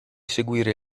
seguire